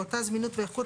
באותה זמינות ואיכות,